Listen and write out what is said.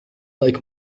like